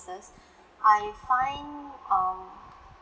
I find um